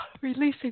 releasing